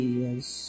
yes